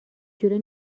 جوره